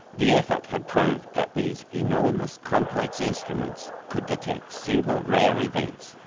the effort had proved that these enormous complex instruments could detect single rare events,